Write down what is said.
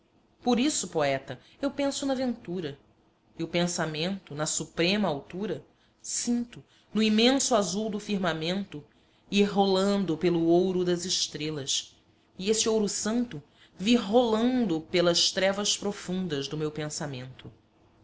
por isso poeta eu penso na ventura e o pensamento na suprema altura sinto no imenso azul do firmamento ir rolando pelo ouro das estrelas e esse ouro santo vir rolando pelas trevas profundas do meu pensamento